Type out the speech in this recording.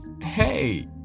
hey